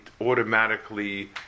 automatically